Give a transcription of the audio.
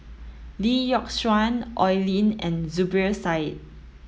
Lee Yock Suan Oi Lin and Zubir Said